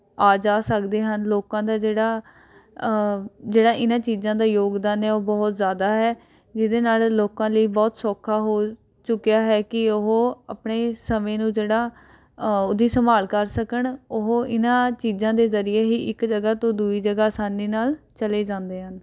ਆ ਜਾ ਸਕਦੇ ਹਨ ਲੋਕਾਂ ਦਾ ਜਿਹੜਾ ਜਿਹੜਾ ਇਨ੍ਹਾਂ ਚੀਜ਼ਾਂ ਦਾ ਯੋਗਦਾਨ ਹੈ ਉਹ ਬਹੁਤ ਜ਼ਿਆਦਾ ਹੈ ਜਿਹਦੇ ਨਾਲ ਲੋਕਾਂ ਲਈ ਬਹੁਤ ਸੌਖਾ ਹੋ ਚੁੱਕਿਆ ਹੈ ਕਿ ਉਹ ਆਪਣੇ ਸਮੇਂ ਨੂੰ ਜਿਹੜਾ ਉਹਦੀ ਸੰਭਾਲ ਕਰ ਸਕਣ ਉਹ ਇਨ੍ਹਾਂ ਚੀਜ਼ਾਂ ਦੇ ਜ਼ਰੀਏ ਹੀ ਇੱਕ ਜਗ੍ਹਾ ਤੋਂ ਦੂਜੀ ਜਗ੍ਹਾ ਆਸਾਨੀ ਨਾਲ ਚਲੇ ਜਾਂਦੇ ਹਨ